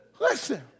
Listen